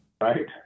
right